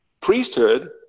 priesthood